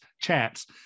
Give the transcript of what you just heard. chats